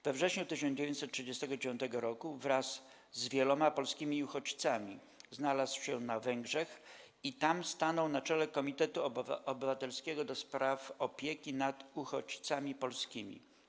We wrześniu 1939 r. wraz z wieloma polskimi uchodźcami znalazł się na Węgrzech i tam stanął na czele Komitetu Obywatelskiego ds. Opieki nad Uchodźcami Polskimi.